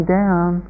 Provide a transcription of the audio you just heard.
down